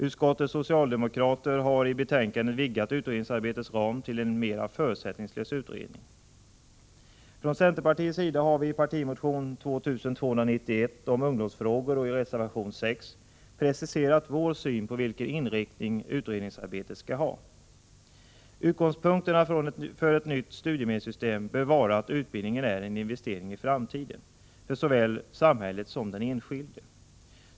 Utskottets socialdemokrater har i betänkandet vidgat utredningsarbetets ram till en mera förutsättningslös utredning. Från centerpartiets sida har vi i partimotionen 2291 om ungdomsfrågor och i reservation 6 preciserat vår syn på vilken inriktning utredningsarbetet skall ha. Utgångspunkterna för ett nytt studiemedelssystem bör vara att utbildning är en investering i framtiden för såväl samhället som den enskilde.